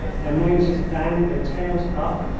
their noses down, their tails up,